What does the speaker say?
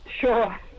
Sure